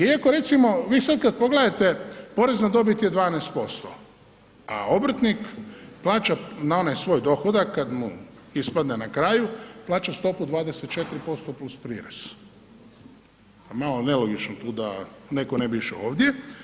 Iako recimo vi sad kad pogledate porez na dobit je 12% a obrtnik plaća na onaj svoj dohodak kada mu ispadne na kraju plaća stopu 24%+prirez, pa je malo nelogično tu da netko ne bi išao ovdje.